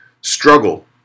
struggle